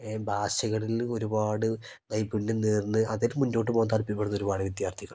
ഭാഷകളിൽ ഒരുപാട് നൈപുണ്യം നേർന്ന് അതിന് മുന്നോട്ട് പോവാൻ താൽപ്പര്യപ്പെടുന്ന ഒരുപാട് വിദ്യാർഥികൾ